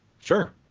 Sure